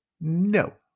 No